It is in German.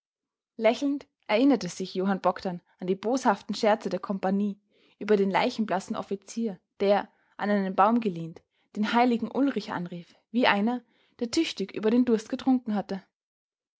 lächelnd erinnerte sich johann bogdn an die boshaften scherze der kompagnie über den leichenblassen offizier der an einen baum gelehnt den heiligen ulrich anrief wie einer der tüchtig über den durst getrunken hat